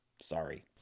Sorry